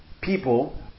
people